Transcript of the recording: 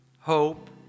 hope